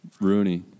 Rooney